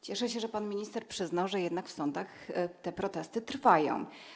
Cieszę się, że pan minister przyznał, że jednak w sądach te protesty trwają.